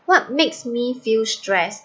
what makes me feel stressed